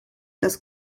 das